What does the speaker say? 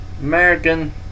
American